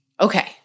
Okay